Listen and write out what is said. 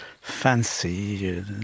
fancy